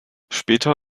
später